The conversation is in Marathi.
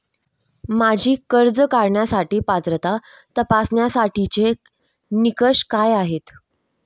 माझी कर्ज काढण्यासाठी पात्रता तपासण्यासाठीचे निकष काय आहेत?